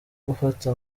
gufata